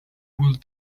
would